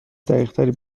دقیقتری